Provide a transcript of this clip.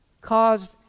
caused